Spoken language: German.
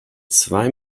zwei